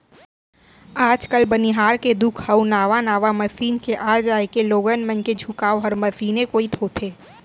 आज काल बनिहार के दुख अउ नावा नावा मसीन के आ जाए के लोगन मन के झुकाव हर मसीने कोइत होथे